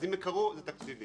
אם הם קרו, זה תקציבי